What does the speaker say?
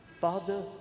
Father